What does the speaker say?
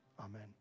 Amen